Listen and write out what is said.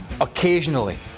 Occasionally